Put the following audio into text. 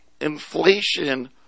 Inflation